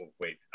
wait